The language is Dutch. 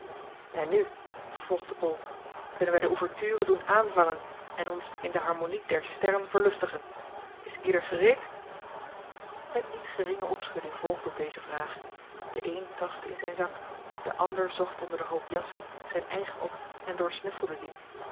en nu vervolgde bol kunnen wij de ouverture doen aanvangen en ons in de harmonie der sterren verlustigen is ieder gereed een niet geringe opschudding volgde op deze vraag de een tastte in zijn zak de ander zocht onder den hoop jassen zijn eigen op en doorsnuffelde dien